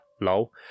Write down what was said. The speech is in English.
lol